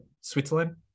Switzerland